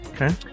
Okay